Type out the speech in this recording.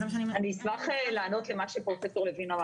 אני אשמח לענות למה שאמר פרופסור לוין.